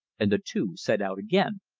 and the two set out again.